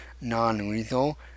non-lethal